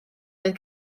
oedd